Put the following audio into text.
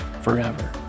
forever